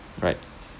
right